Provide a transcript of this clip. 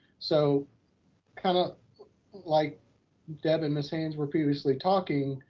so kind of like deb and ms. haynes were previously talking,